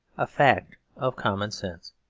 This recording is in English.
a fact of common sense.